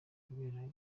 kubera